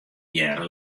hearre